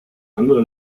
andere